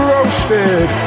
Roasted